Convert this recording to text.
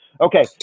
okay